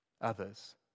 Others